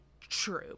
true